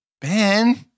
Ben